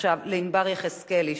לענבר יחזקאלי,